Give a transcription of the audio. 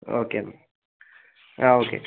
okay എന്നാൽ ആ okay